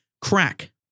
Crack